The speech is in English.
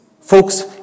Folks